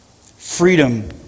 Freedom